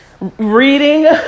reading